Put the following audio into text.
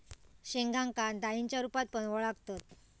शेंगांका डाळींच्या रूपात पण वळाखतत